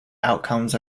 outcomes